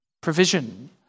provision